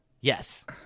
Yes